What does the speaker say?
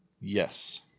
Yes